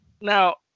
Now